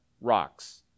rocks